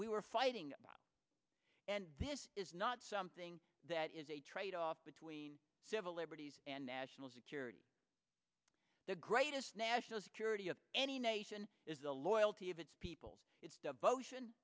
we were fighting and this is not something that is a trade off between civil liberties and national security the greatest national security of any nation is the loyalty of its people its devotion